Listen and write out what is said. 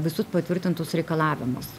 visus patvirtintus reikalavimus